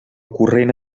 corrent